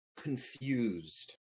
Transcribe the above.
confused